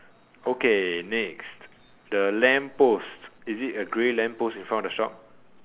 okay next the lamppost is it a green lamppost in front of the shop